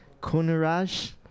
kunaraj